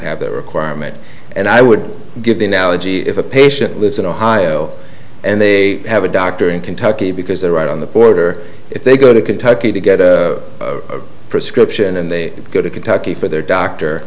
have that requirement and i would give the analogy if a patient lives in ohio and they have a doctor in kentucky because they're right on the border if they go to kentucky to get a prescription and they go to kentucky for their doctor